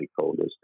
stakeholders